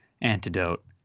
antidote